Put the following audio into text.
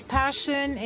passion